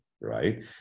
right